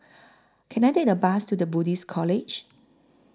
Can I Take A Bus to The Buddhist College